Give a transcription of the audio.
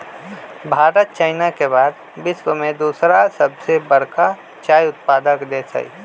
Bharat China के बाद विश्व में दूसरा सबसे बड़का चाय उत्पादक देश हई